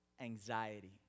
Anxiety